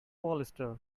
polyester